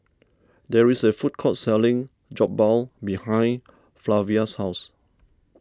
there is a food court selling Jokbal behind Flavia's house